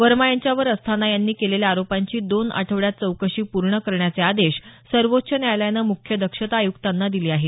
वर्मा यांच्यावर अस्थाना यांनी केलेल्या आरोपांची दोन आठवड्यात चौकशी पूर्ण करण्याचे आदेश सर्वोच्च न्यायालयानं मुख्य दक्षता आयुक्तांना दिले आहेत